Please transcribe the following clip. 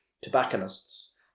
tobacconists